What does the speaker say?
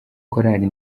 korali